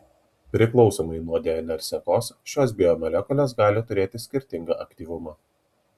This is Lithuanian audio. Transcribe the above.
priklausomai nuo dnr sekos šios biomolekulės gali turėti skirtingą aktyvumą